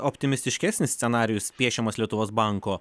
optimistiškesnis scenarijus piešiamas lietuvos banko